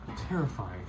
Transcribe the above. Terrifying